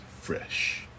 fresh